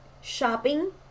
shopping